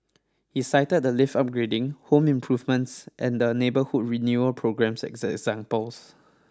he cited the lift upgrading home improvements and the neighbourhood renewal programmes as examples